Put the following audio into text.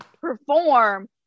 perform